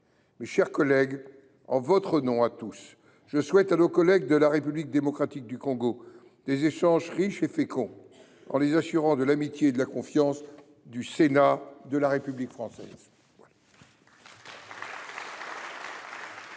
Mes chers collègues, en votre nom à tous, je souhaite à nos collègues de la République démocratique du Congo des échanges riches et féconds, en les assurant de l’amitié et de la confiance du Sénat de la République française.